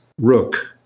rook